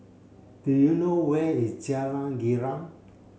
do you know where is Jalan Girang